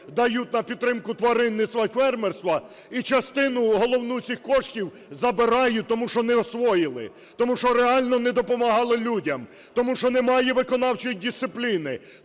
дають на підтримку тваринництва і фермерства, і частину, головну, цих коштів забирають, тому що не освоїли, тому що реально не допомагали людям, тому що немає виконавчої дисципліни.